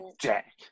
Jack